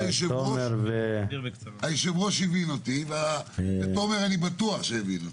היושב ראש הבין אותי ותומר אני בטוח שהבין אותי.